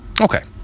Okay